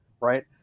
right